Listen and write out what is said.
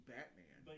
Batman